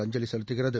அஞ்சலி செலுத்துகிறது